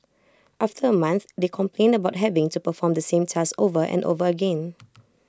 after A month they complained about having to perform the same task over and over again